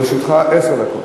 לרשותך עשר דקות.